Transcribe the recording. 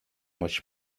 which